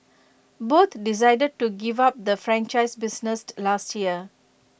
both decided to give up the franchise business last year